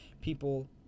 People